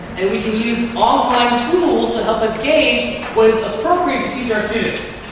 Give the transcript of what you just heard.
and we can use online tools to help us gauge what is appropriate to teach our students.